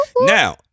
Now